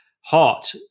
hot